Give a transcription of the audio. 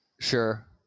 Sure